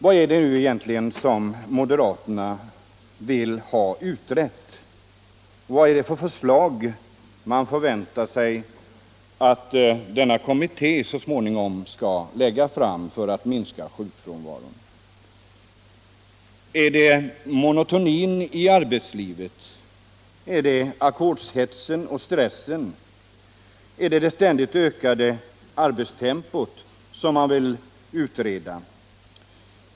Vad är det egentligen som moderata samlingspartiet vill ha utrett och vad är det för förslag man förväntar sig att denna kommitté så småningom skall lägga fram för att minska sjukfrånvaron? Är det monotonin i arbetslivet? Är det ackordshetsen och stressen? Vill man utreda det ständigt ökade arbetstempot?